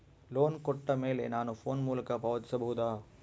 Loan ಕೊಟ್ಟ ಮೇಲೆ ನಾನು ಫೋನ್ ಮೂಲಕ ಪಾವತಿಸಬಹುದಾ?